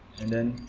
and then